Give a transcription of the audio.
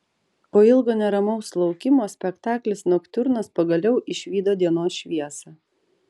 po ilgo neramaus laukimo spektaklis noktiurnas pagaliau išvydo dienos šviesą